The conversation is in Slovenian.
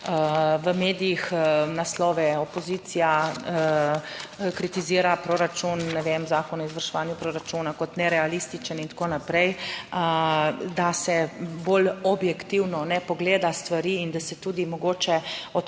v medijih naslove Opozicija kritizira proračun, ne vem, Zakon o izvrševanju proračuna kot nerealističen in tako naprej, da se bolj objektivno ne pogleda stvari in da se tudi mogoče **26.